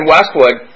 Westwood